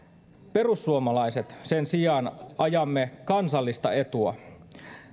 perussuomalaiset sen sijaan ajamme kansallista etua